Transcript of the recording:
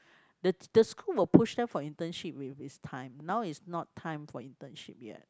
the the school will push them for internship when it's time now it's not time for internship yet